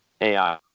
AI